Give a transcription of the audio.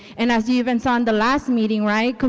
and as even sign the last meeting, right,